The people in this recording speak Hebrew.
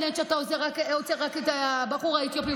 ואתה עוצר רק את הבחור האתיופי?